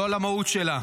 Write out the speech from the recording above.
לא למהות שלה,